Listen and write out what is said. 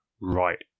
right